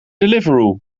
deliveroo